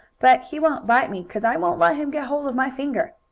but he won't bite me cause i won't let him get hold of my finger.